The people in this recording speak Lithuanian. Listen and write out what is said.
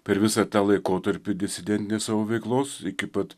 per visą tą laikotarpį disidentinį savo veiklos iki pat